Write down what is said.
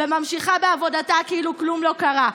וממשיכה בעבודתה כאילו כלום לא קרה.